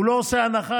הוא לא עושה הנחה,